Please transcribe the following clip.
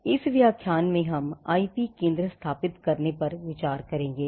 अब इस व्याख्यान में हम आईपी केंद्र स्थापित करने पर विचार करेंगे